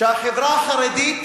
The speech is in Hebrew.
שהחברה החרדית